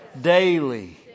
daily